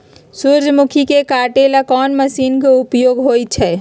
सूर्यमुखी के काटे ला कोंन मशीन के उपयोग होई छइ?